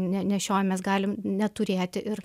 ne nešiojamės galim neturėti ir